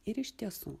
ir iš tiesų